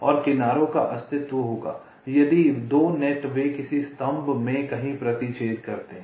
और किनारों का अस्तित्व होगा यदि 2 नेट वे किसी स्तंभ में कहीं प्रतिच्छेद करते हैं